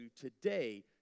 today